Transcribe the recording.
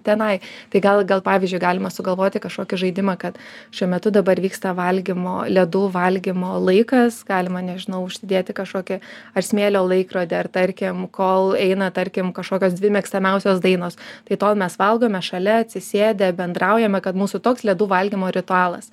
tenai tai gal gal pavyzdžiui galima sugalvoti kažkokį žaidimą kad šiuo metu dabar vyksta valgymo ledų valgymo laikas galima nežinau užsidėti kažkokį ar smėlio laikrodį ar tarkim kol eina tarkim kažkokios dvi mėgstamiausios dainos tai tol mes valgome šalia atsisėdę bendraujame kad mūsų toks ledų valgymo ritualas